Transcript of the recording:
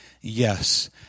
yes